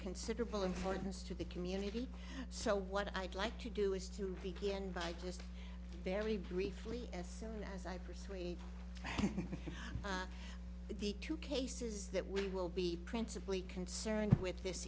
considerable importance to the community so what i'd like to do is to begin by just very briefly as soon as i persuade the two cases that we will be principally concerned with this